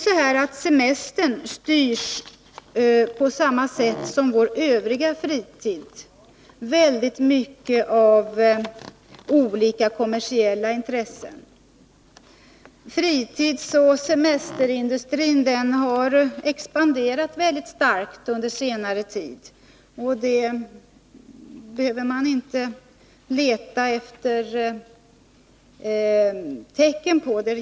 Vår semester styrs på samma sätt som vår övriga fritid väldigt mycket av olika kommersiella intressen. Fritidsoch semesterindustrin har expanderat mycket starkt under senare tid. Det behöver man inte leta efter tecken på.